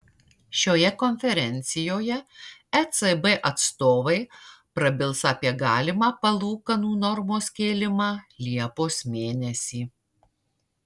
šioje konferencijoje ecb atstovai prabils apie galimą palūkanų normos kėlimą liepos mėnesį